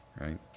right